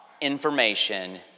information